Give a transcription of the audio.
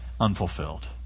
unfulfilled